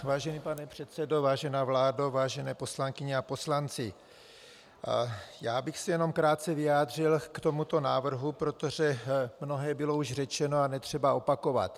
Vážený pane předsedo, vážená vládo, vážené poslankyně a poslanci, jenom bych se krátce vyjádřil k tomuto návrhu, protože mnohé bylo už řečeno a netřeba opakovat.